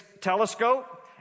Telescope